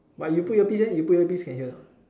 but you put earpiece leh you put earpiece can hear or not